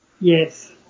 Yes